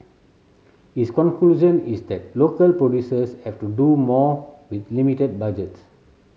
his conclusion is that local producers have to do more with limited budgets